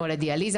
או לדיאליזה,